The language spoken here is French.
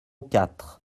quatre